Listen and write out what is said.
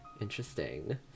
interesting